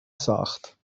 ساخت